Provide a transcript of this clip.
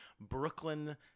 Brooklyn